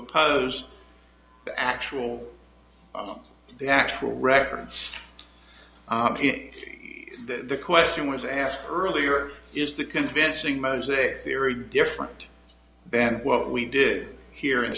oppose the actual the actual record so the question was asked earlier is the convincing mosaic theory different than what we did here in